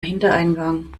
hintereingang